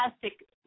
Fantastic